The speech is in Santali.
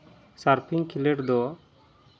ᱥᱟᱨᱯᱷᱤᱝ ᱠᱷᱮᱞᱚᱸᱰ ᱫᱚ